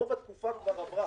רוב התקופה כבר עברה.